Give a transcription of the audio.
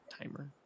timer